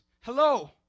Hello